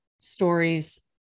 stories